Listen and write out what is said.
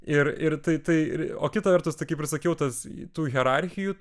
ir ir tai tai ir o kita vertus tai kaip sakiau tas tų hierarchijų